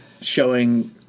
showing